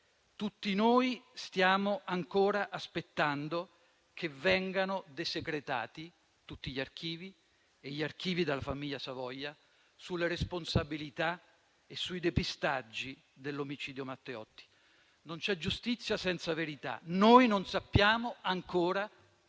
Tutti noi stiamo ancora aspettando che vengano desecretati tutti gli archivi e gli archivi della famiglia Savoia sulle responsabilità e sui depistaggi dell'omicidio Matteotti. Servono atti concreti. Non c'è giustizia senza verità. Noi non sappiamo ancora